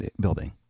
Building